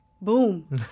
boom